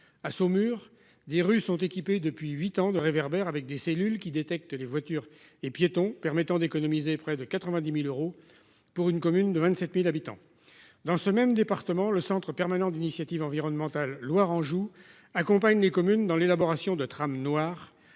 à Saumur des Russes ont équipé depuis 8 ans de réverbères avec des cellules qui détectent les voitures et piétons permettant d'économiser près de 90.000 euros pour une commune de 27.000 habitants dans ce même département, le Centre permanent d'initiatives environnementales Loire Anjou accompagne les communes dans l'élaboration de tram noir